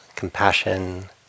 compassion